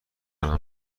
خواهم